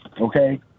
Okay